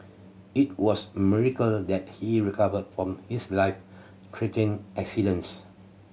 it was a miracle that he recovered from his life threatening accidents